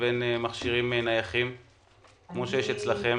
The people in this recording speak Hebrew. לבין מכשירים נייחים כמו שיש אצלכם?